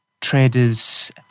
traders